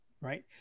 Right